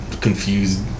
confused